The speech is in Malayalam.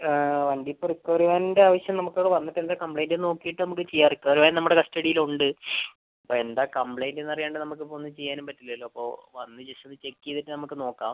നമുക്ക് ഇപ്പോൾ റിക്വയർമെൻറ്റ് ആവശ്യം നമുക്ക് അവിടെ വന്നിട്ട് എന്താ കംപ്ലയിൻറ്റ് നോക്കീട്ട് നമുക്ക് ചെയ്യാം റിക്കവറി വാൻ നമ്മുടെ കസ്റ്റഡിയിൽ ഉണ്ട് ഇപ്പോൾ എന്താ കംപ്ലയിൻറ്റീന്ന് അറിയാണ്ട് നമ്മുക്ക് ഇപ്പോൾ ഒന്നും ചെയ്യാനും പറ്റില്ലല്ലോ അപ്പോൾ വന്ന് ഒന്ന് ജസ്റ്റ് ഒന്ന് ചെക്ക് ചെയ്തിട്ട് നമുക്ക് നോക്കാം